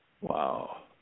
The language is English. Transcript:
Wow